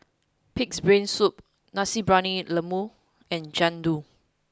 Pig'S Brain Soup Nasi Briyani Lembu and Jian Dui